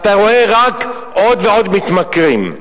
אתה רואה רק עוד ועוד מתמכרים.